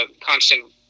constant